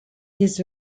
this